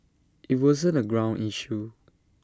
IT wasn't A ground issue